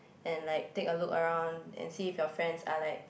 and like take a look around and see if your friends are like